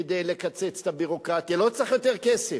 כדי לקצץ את הביורוקרטיה לא צריך יותר כסף.